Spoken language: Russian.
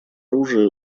оружия